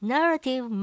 Narrative